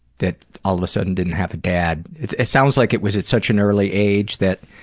that all of a sudden didn't have a dad? it sounds like it was at such an early age that,